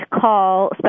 call